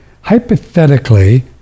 Hypothetically